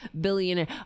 billionaire